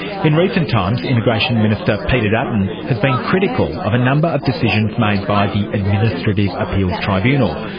in recent times, immigration minister peter dutton has been critical of a number of decisions made by the administrative appeals tribunal,